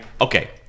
okay